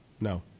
No